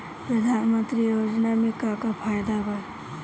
प्रधानमंत्री योजना मे का का फायदा बा?